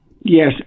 Yes